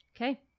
okay